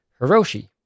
Hiroshi